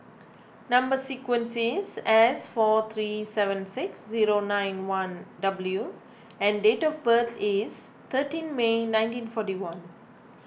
Number Sequence is S four three seven six zero nine one W and date of birth is thirteen May nineteen forty one